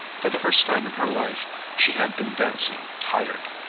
for the first time in her life she had been danced tired.